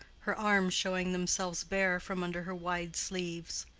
her arms showing themselves bare from under her wide sleeves.